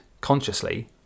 consciously